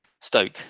Stoke